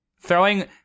throwing